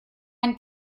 ein